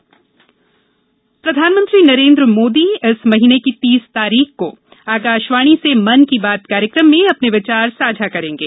मन की बात प्रधानमंत्री नरेन्द्र मोदी इस महीने की तीस तारीख को आकाशवाणी से मन की बात कार्यक्रम में अपने विचार साझा करेंगे